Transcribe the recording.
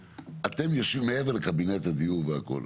מעבר לקבינט הדיור והכל,